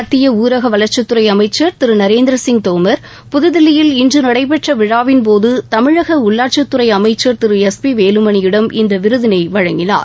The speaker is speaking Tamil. மத்திய ஊரக வளர்ச்சித் துறை அமைச்சர் திரு நரேந்திர சிங் தோமர் புதுதில்லியில் இன்று நடைபெற்ற விழாவின் போது தமிழக உள்ளாட்சித் துறை அமைச்சர் திரு எஸ் பி வேலுமணியிடம் இந்த விருதினை வழங்கினார்